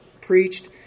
preached